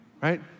Right